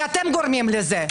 כי אתם גורמים לזה.